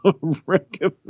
recommend